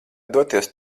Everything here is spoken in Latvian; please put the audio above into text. doties